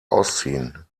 ausziehen